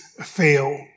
Fail